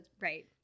right